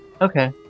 Okay